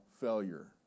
failure